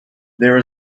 there